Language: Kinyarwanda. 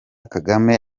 kagame